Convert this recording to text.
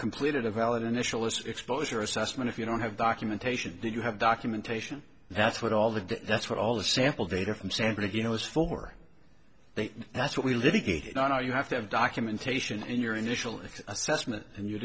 completed a valid initial list exposure assessment if you don't have documentation that you have documentation that's what all the that's what all the sample data from san bernardino is for they that's what we litigated i know you have to have documentation in your initial assessment and you